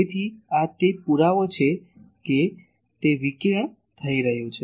તેથી આ તે પુરાવો છે કે તે વિકિરણ થઈ રહ્યું છે